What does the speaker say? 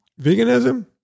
Veganism